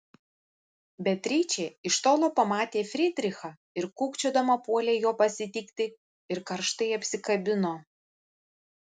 beatričė iš tolo pamatė frydrichą ir kūkčiodama puolė jo pasitikti ir karštai apsikabino